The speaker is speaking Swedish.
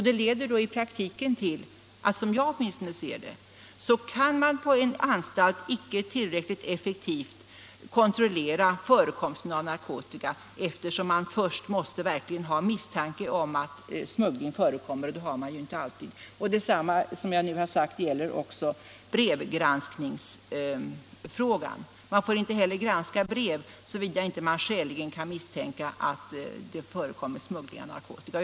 Det leder, som jag ser det, i praktiken till att man på en anstalt inte tillräckligt effektivt kan kontrollera förekomsten av narkotika, eftersom man först måste ha en verklig misstanke om att smuggling förekommer, och det har man inte alltid. Vad jag nu har sagt gäller också i fråga om brevgranskning. Man får inte heller granska brev såvida man inte skäligen kan misstänka att det förekommer smuggling av narkotika.